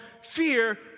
fear